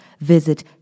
visit